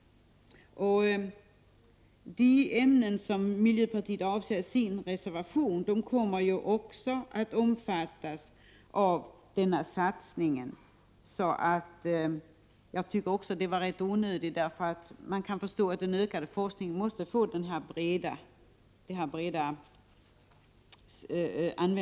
De ämnen som miljöpartiet avser kommer också att omfattas av den satsning jag nämnde. Jag tycker att reservationen är onödig, för man kan förstå att den ökade forskningen måste tillämpas så här brett.